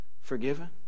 forgiven